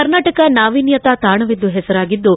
ಕರ್ನಾಟಕ ನಾವಿನ್ಯತಾ ತಾಣವೆಂದು ಹೆಸರಾಗಿದ್ದು